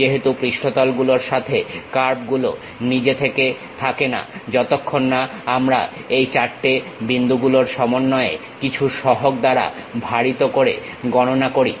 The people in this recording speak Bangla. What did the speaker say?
যেহেতু পৃষ্ঠতল গুলোর সাথে কার্ভগুলো নিজে থেকে থাকেনা যতক্ষণ না আমরা এই 4 টে বিন্দুগুলোর সমন্বয়ে কিছু সহগ দ্বারা ভারিত করে গণনা করি